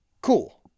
Cool